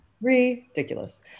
ridiculous